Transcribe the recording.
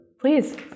Please